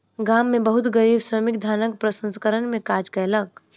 गाम में बहुत गरीब श्रमिक धानक प्रसंस्करण में काज कयलक